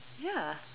ya